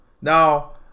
Now